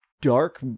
dark